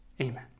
Amen